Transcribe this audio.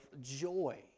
joy